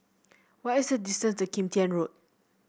what is the distance to Kim Tian Road